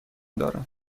دارم